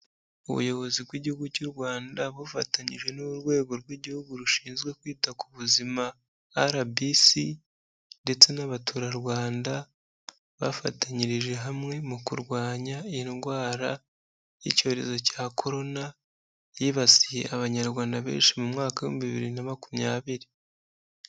Ubuyobozi bw'igihugu cy'u Rwanda bufatanyije n'Urwego rw'Igihugu rushinzwe Kwita ku Buzima, RBC, ndetse n'abaturarwanda bafatanyirije hamwe mu kurwanya indwara y'icyorezo cya korona, yibasiye Abanyarwanda benshi mu mwaka wa bibiri na makumyabiri.